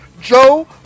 Joe